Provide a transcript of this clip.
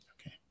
Okay